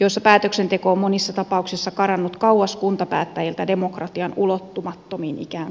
joissa päätöksenteko on monissa tapauksissa karannut kauas kuntapäättäjiltä ikään kuin demokratian ulottumattomiin